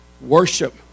Worship